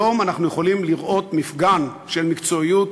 היום אנחנו יכולים לראות מפגן של מקצועיות